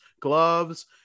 gloves